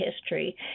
history